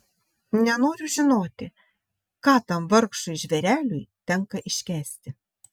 nenoriu žinoti ką tam vargšui žvėreliui tenka iškęsti